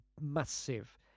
massive